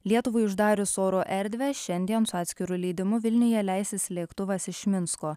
lietuvai uždarius oro erdvę šiandien su atskiru leidimu vilniuje leisis lėktuvas iš minsko